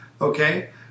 Okay